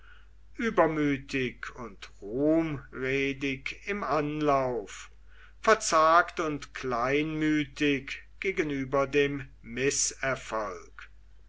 übermütig und ruhmredig im anlauf verzagt und kleinmütig gegenüber dem